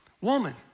Woman